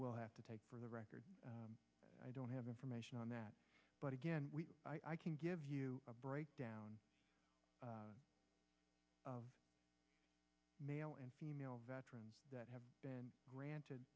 will have to take for the record i don't have information on that but again i can give you a breakdown of male and female veterans that have been granted